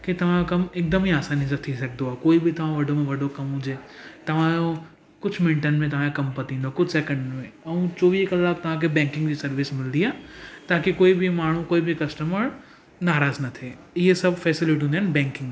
कि तव्हां कमु हिकदमि ई आसानी सां थी सघंदो आहे कोई बि तव्हां वॾो खां वॾो कमु जीअं तव्हांजो कुझु मिंटनि में तव्हांजो कमु थींदो कुझु सैकेंड में ऐं चोवीह कलाकु तव्हांखे बैंकिंग जी सर्विस मिलंदी आहे ताकी कोई बि माण्हू कोइ बि कस्टमर नाराज़ु न थिए अं सभु फैसिलिटियूं मिलंदी आहिनि बैंकिंग